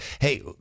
hey